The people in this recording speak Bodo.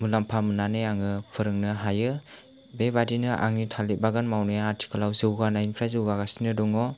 मुलाम्फा मोननानै आङो फोरोंनो हायो बेबायदिनो आंनि थालिर बागान मावनाया आथिखालाव जौगानायनिफ्राय जौगागासिनो दङ